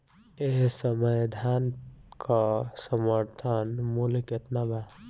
एह समय धान क समर्थन मूल्य केतना बा?